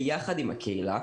ביחד עם הקהילה,